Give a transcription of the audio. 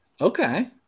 Okay